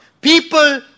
People